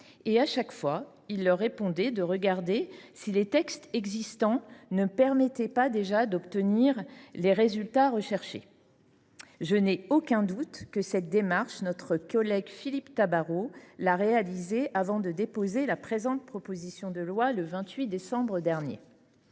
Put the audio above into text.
À chaque fois, il leur répondait de regarder si les textes existants ne permettaient pas déjà d’obtenir les résultats recherchés. Je ne doute pas que notre collègue Philippe Tabarot ait entrepris cette démarche avant de déposer la présente proposition de loi, le 28 décembre dernier.